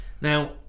now